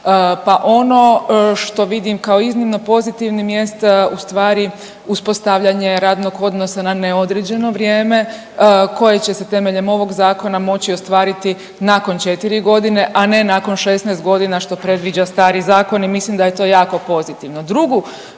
Pa ono što vidim kao iznimno pozitivnim jest uspostavljanje radnog odnosa na neodređeno vrijeme koje će se temeljem ovog zakona moći ostvariti nakon četiri godine, a nakon 16 godina što predviđa stari zakon i mislim da je to jako pozitivno.